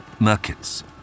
Merkits